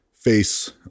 Face